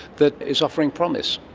that is offering promise?